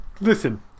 listen